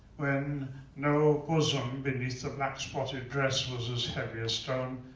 when no bosom beneath the black-spotted dress was as heavy as stone.